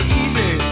easy